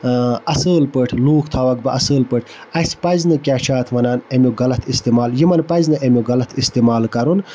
اصٕل پٲٹھۍ لوٗکھ تھاوَکھ بہٕ اَصل پٲٹھۍ اَسہِ پَزِ نہٕ کیاہ چھِ اتھ وَنان امیُک غَلَط استعمال یِمَن پَزِ نہٕ امیُک غَلَط استعمال کَرُن